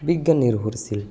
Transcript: বিজ্ঞান নির্ভরশীল